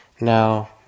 Now